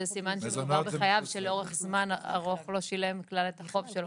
זה סימן שמדובר בחייב שלאורך זמן ארוך לא שילם כלל את החוב שלו,